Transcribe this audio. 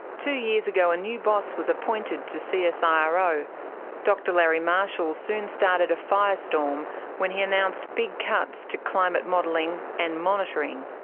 two years ago a new boss was appointed to ah so csiro. dr larry marshall soon started a firestorm when he announced big cuts to climate modelling and monitoring.